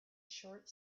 short